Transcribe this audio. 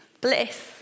bliss